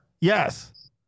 yes